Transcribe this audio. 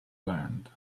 land